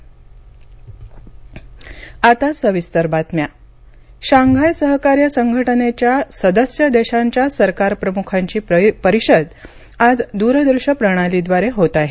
Shanghai Shanghai सहकार्य संघटनेच्या सदस्य देशांच्या सरकार प्रमुखांची परिषद आज दूरदृश्य प्रणालीद्वारे होत आहे